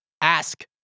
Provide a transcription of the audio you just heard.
ask